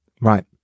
right